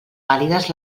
vàlides